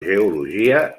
geologia